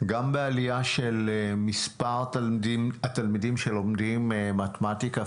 גם בעלייה של מספר התלמידים שלומדים מתמטיקה,